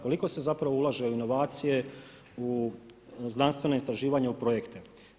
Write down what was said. Koliko se zapravo ulaže u inovacije, u znanstvena istraživanja, u projekte?